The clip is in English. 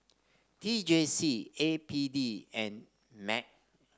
T J C A P D and MC